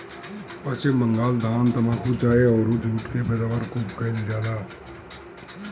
पश्चिम बंगाल धान, तम्बाकू, चाय अउरी जुट के पैदावार खूब कईल जाला